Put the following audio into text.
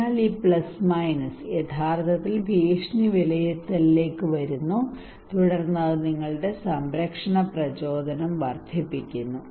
അതിനാൽ ഈ plus minus യഥാർത്ഥത്തിൽ ഭീഷണി വിലയിരുത്തലിലേക്ക് വരുന്നു തുടർന്ന് അത് നിങ്ങളുടെ സംരക്ഷണ പ്രചോദനം വർദ്ധിപ്പിക്കുന്നു